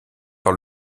par